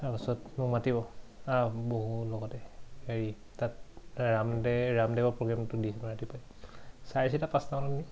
তাৰপাছত মোক মাতিব আহ বহোঁ লগতে হেৰি তাত ৰামদেৱ ৰামদেৱৰ প্ৰগ্ৰেমটো দিয়ে ৰাতিপুৱাই চাৰে চাৰিটা পাঁচটামান